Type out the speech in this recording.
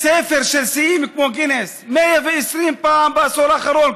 ספר של שיאים כמו גינס 120 פעם בעשור האחרון.